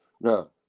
No